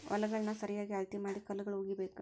ಹೊಲಗಳನ್ನಾ ಸರಿಯಾಗಿ ಅಳತಿ ಮಾಡಿ ಕಲ್ಲುಗಳು ಹುಗಿಬೇಕು